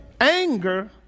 Anger